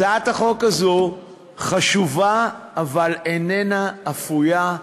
הצעת החוק הזאת חשובה אבל איננה אפויה,